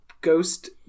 ghost